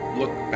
look